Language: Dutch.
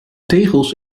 tegels